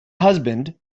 husband